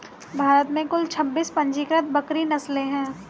भारत में कुल छब्बीस पंजीकृत बकरी नस्लें हैं